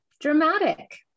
dramatic